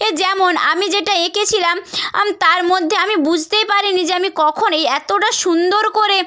এ যেমন আমি যেটা এঁকেছিলাম আমি তার মধ্যে আমি বুঝতেই পারিনি যে আমি কখন এই এতটা সুন্দর করে